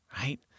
right